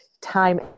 time